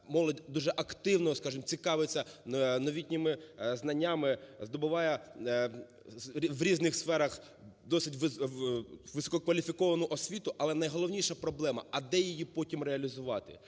молодь, дуже активно, скажемо, цікавиться новітніми знаннями, здобуває в різних сферах досить висококваліфіковану освіту. Але найголовніша проблема – а де її потім реалізувати.